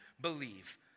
believe